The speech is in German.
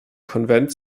konvent